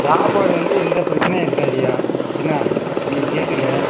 சாப்பாடு வந்து எந்தப் பிரச்சினையும் இருக்காதுய்யா என்னா நீ கேட்டுக்க